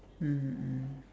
mmhmm